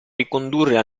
ricondurre